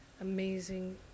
amazing